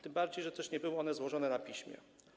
Tym bardziej że też nie były one złożone na piśmie.